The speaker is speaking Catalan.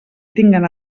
tinguen